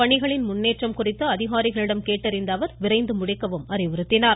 பணிகளின் முன்னேற்றம் குறித்து அதிகாரிகளிடம் கேட்டறிந்த அவர் விரைந்து முடிக்க அறிவுறுத்தினார்